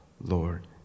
Lord